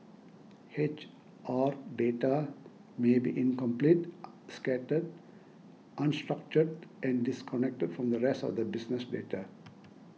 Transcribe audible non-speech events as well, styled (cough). H R data may be incomplete (noise) scattered unstructured and disconnected from the rest of the business data